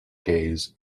gaze